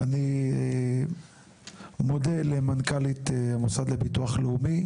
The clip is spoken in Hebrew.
אני מודה למנכ"לית המוסד לביטוח לאומי,